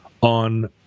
on